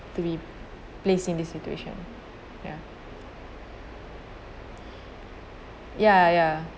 to be placed in this situation ya ya ya